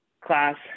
class